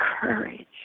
courage